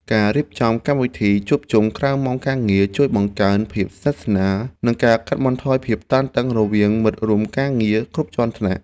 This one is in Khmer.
ការរៀបចំកម្មវិធីជួបជុំក្រៅម៉ោងការងារជួយបង្កើនភាពស្និទ្ធស្នាល និងកាត់បន្ថយភាពតានតឹងរវាងមិត្តរួមការងារគ្រប់ជាន់ថ្នាក់។